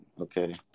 okay